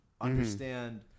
understand